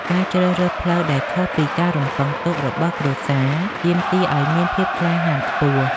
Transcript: ការជ្រើសរើសផ្លូវដែលខុសពីការរំពឹងទុករបស់គ្រួសារ ទាមទារឱ្យមានភាពក្លាហានខ្ពស់។